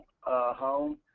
home